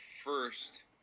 first